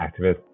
activists